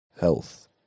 health